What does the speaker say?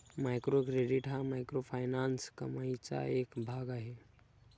micro credit हा microfinance कमाईचा एक भाग आहे